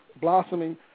blossoming